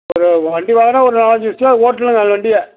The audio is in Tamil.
அது வண்டி வாங்கினா ஒரு நாலஞ்சு வருஷமாவது ஓட்டணுங்க அந்த வண்டியை